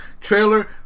trailer